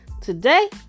Today